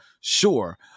Sure